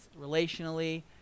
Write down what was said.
relationally